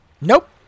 Nope